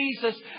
Jesus